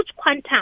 Quantum